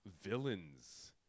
villains